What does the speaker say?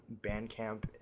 Bandcamp